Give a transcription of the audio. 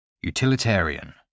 Utilitarian